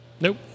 nope